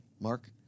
Mark